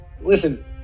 Listen